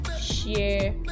share